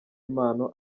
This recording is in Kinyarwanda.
impano